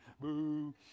Boo